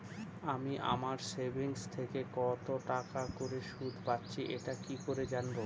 আমি আমার সেভিংস থেকে কতটাকা করে সুদ পাচ্ছি এটা কি করে জানব?